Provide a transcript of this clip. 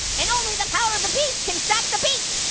and only the power of the peace can stop the beat.